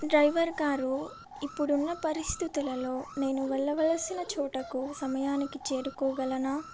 driver గారు ఇప్పుడున్న పరిస్థితులలో నేను వెళ్ళవలసిన చోటికి సమయానికి చేరుకోగలనా